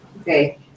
Okay